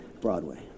Broadway